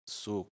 su